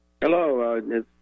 Hello